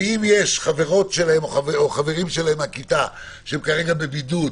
ואם יש חברים שלהם לכיתה, שהם בבידוד,